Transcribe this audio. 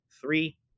three